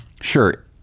sure